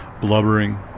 blubbering